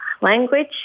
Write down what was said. language